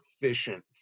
efficient